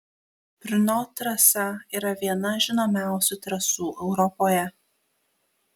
brno trasa yra viena žinomiausių trasų europoje